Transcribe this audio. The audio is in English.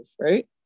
right